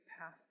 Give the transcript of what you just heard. path